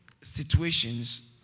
situations